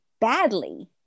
badly